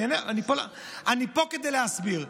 אני פה כדי להסביר.